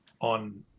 on